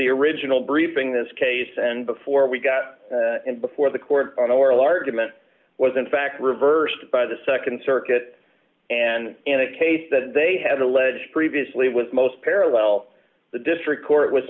the original briefing this case and before we got before the court on oral argument was in fact reversed by the nd circuit and in a case that they had alleged previously was most parallel the district court was